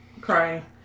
crying